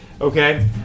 Okay